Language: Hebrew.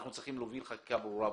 אנחנו צריכים להוביל חקיקה ברורה בנושא,